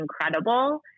incredible